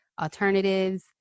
alternatives